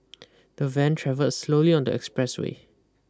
the van travelled slowly on the expressway